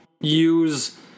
use